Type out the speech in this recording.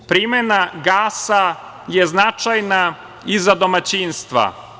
Primena gasa je značajna i za domaćinstva.